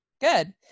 good